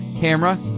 camera